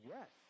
Yes